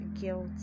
guilt